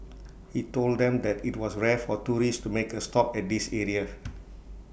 he told them that IT was rare for tourists to make A stop at this area